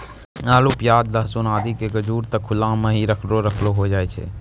आलू, प्याज, लहसून आदि के गजूर त खुला मॅ हीं रखलो रखलो होय जाय छै